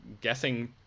guessing